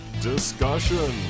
discussion